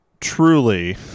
truly